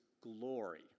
glory